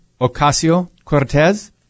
Ocasio-Cortez